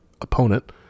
opponent